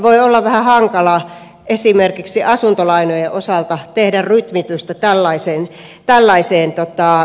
voi olla vähän hankalaa esimerkiksi asuntolainojen osalta tehdä rytmitystä tällaiseen vähennykseen